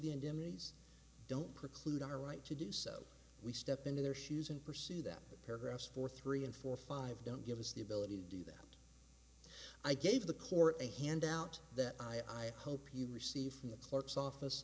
indemnities don't preclude our right to do so we step into their shoes and pursue that paragraph for three and four five don't give us the ability to do that i gave the court a handout that i hope you receive from the clerk's office